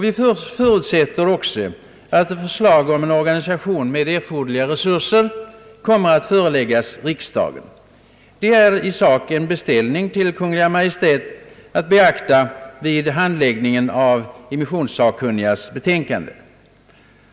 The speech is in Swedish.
Vi förutsätter också att ett förslag om en organisation med erforderliga resurser kommer att föreläggas riksdagen. Det är i sak en beställning till Kungl. Maj:t att beakta vid handläggningen av immissionssakkunnigas betänkande.